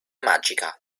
magica